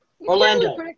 Orlando